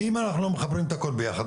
אם אנחנו לא מחברים את הכל ביחד,